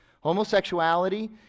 Homosexuality